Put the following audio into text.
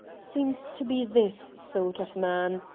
seems to be this sort of man.